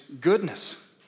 goodness